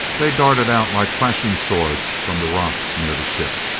they darted out like flashing swords from the rocks near the ship.